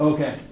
Okay